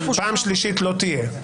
פעם שלישית לא תהיה.